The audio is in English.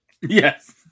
Yes